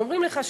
אומרים לך: